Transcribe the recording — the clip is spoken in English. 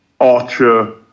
Archer